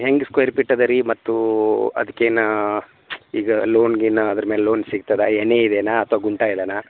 ಹೆಂಗೆ square feet ಅದಾ ರೀ ಮತ್ತು ಅದ್ಕ ಏನು ಈಗ ಲೋನ್ ಗೀನ್ ಅದ್ರ ಮೇಲೆ ಲೋನ್ ಸಿಗ್ತದ ಎನಿ ಇದೆನಾ ಅಥ್ವ ಗುಂಟ ಇದೆನಾ